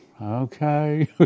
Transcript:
Okay